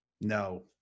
no